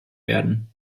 werden